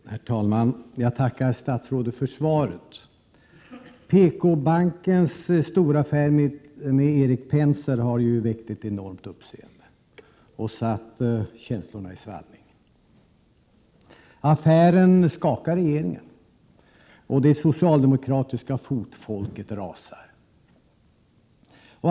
Herr talman! Jag tackar statsrådet för svaret. PKbankens storaffär med Erik Penser har ju väckt ett enormt uppseende och satt känslorna i svallning. Affären skakar regeringen, och det socialdemokratiska fotfolket rasar.